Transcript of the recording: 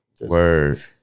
Word